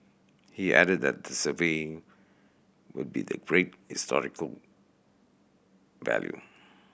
he added that the survey would be the great historical value